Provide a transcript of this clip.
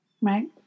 Right